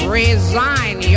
resign